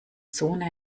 zone